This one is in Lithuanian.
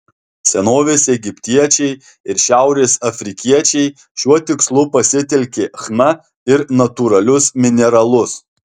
senovės egiptiečiai ir šiaurės afrikiečiai šiuo tikslu pasitelkė chna ir natūralius mineralus